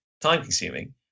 time-consuming